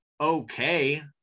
okay